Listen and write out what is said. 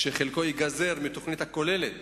חלק ייגזר מהתוכנית הכוללת